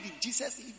Jesus